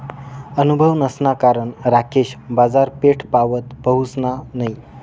अनुभव नसाना कारण राकेश बाजारपेठपावत पहुसना नयी